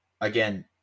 Again